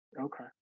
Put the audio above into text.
Okay